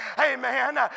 amen